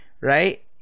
right